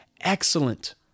Excellent